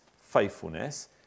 faithfulness